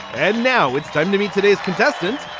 and now it's time to meet today's contestant.